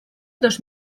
dos